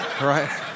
right